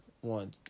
One